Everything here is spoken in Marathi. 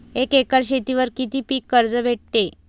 एक एकर शेतीवर किती पीक कर्ज भेटते?